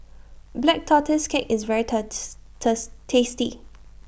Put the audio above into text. Black Tortoise Cake IS very tasty